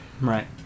Right